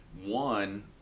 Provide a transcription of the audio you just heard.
One